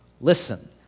listen